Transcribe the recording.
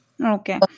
Okay